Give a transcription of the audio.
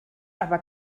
aber